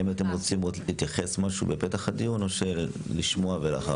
האם אתם רוצים להתייחס בפתח הדיון או לשמוע ולאחר מכן?